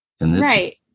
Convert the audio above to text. Right